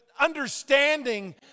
understanding